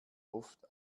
oft